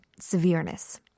severeness